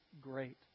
great